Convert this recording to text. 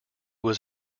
was